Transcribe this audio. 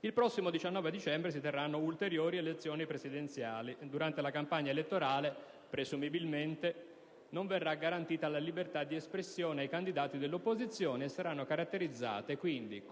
il prossimo 19 dicembre si terranno le prossime Elezioni Presidenziali e che durante la campagna elettorale, presumibilmente, non verrà garantita la libertà di espressione ai candidati dell'opposizione e saranno caratterizzate da massici